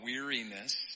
weariness